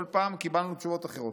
כל פעם קיבלנו תשובות אחרות.